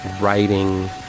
writing